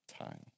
time